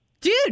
Dude